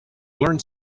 learned